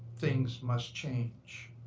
things must change.